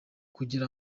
kugira